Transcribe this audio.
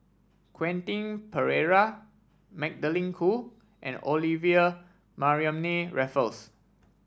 Quentin Pereira Magdalene Khoo and Olivia Mariamne Raffles